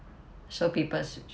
so people